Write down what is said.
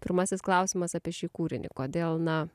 pirmasis klausimas apie šį kūrinį kodėl na